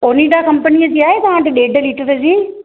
ओनिडा कंपनीअ जी आहे तव्हां वटि ॾेढु लीटर जी